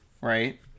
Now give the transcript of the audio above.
right